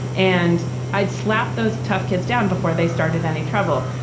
and and i'd slap those tough kids down before they started any trouble.